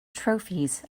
trophies